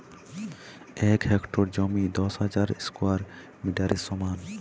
এক হেক্টর জমি দশ হাজার স্কোয়ার মিটারের সমান